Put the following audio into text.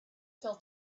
fell